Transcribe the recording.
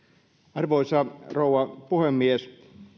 arvoisa rouva puhemies